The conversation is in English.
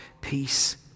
peace